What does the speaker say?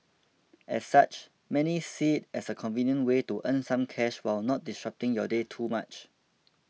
as such many see it as a convenient way to earn some cash while not disrupting your day too much